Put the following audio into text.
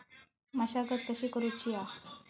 मशागत कशी करूची हा?